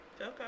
Okay